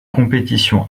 compétition